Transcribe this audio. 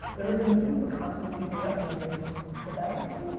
there is a need for constant weekly updated with everything.